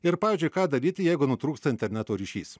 ir pavyzdžiui ką daryti jeigu nutrūksta interneto ryšys